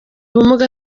ubumuga